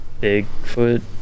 Bigfoot